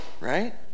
right